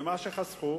ומה שחסכו,